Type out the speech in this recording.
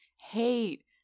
hate